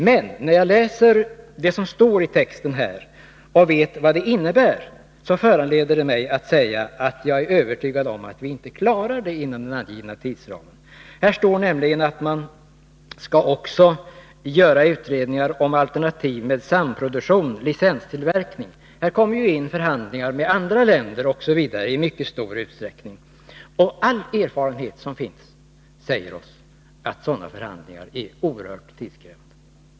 Men när jag läser vad som här står i texten och eftersom jag vet vad det innebär, föranleder det mig att säga att jag är övertygad om att vi inte klarar det inom den angivna tidsramen. Där står nämligen att man skall göra utredningar också om alternativ med samproduktion och licenstillverkning. Här kommer i mycket stor utsträckning förhandlingar med andra länder in. All erfarenhet säger oss att sådana förhandlingar är oerhört tidskrävande.